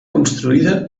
construïda